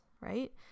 right